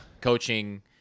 coaching